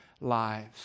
lives